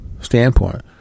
standpoint